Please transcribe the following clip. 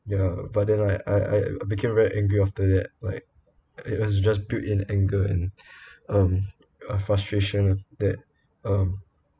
ya but then I I I became very angry after that like it was just built in anger and um a frustration that um